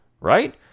right